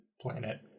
planet